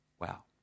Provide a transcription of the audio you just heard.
Wow